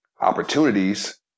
opportunities